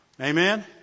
Amen